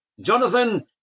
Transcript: Jonathan